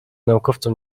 naukowcom